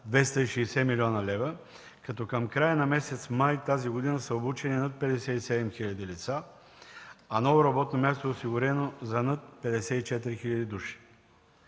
260 млн. лв., като към края на месец май тази година са обучени над 57 хил. лица, а ново работно място е осигурено за над 54 хил. души.